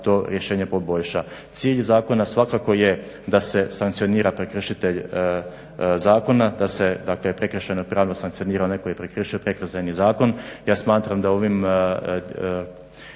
to rješenje poboljša. Cilj zakona svakako je da se sankcionira prekršitelj zakona, da se dakle prekršajno i pravno sankcionira onaj koji je prekršio Prekršajni zakon. Ja smatram da ovim